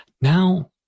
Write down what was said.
now